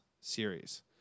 series